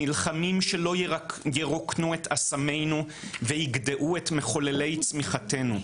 נלחמים שלא ירוקנו את אסמינו ויגדעו את מחוללי צמיחתנו.